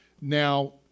now